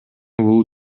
бул